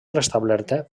restablerta